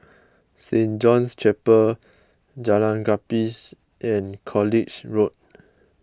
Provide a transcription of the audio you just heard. Saint John's Chapel Jalan Gapis and College Road